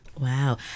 Wow